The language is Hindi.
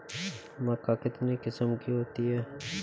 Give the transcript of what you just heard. मक्का कितने किस्म की होती है?